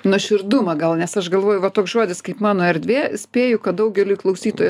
nuoširdumą gal nes aš galvoju va toks žodis kaip mano erdvė spėju kad daugeliui klausytojų